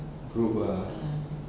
group ah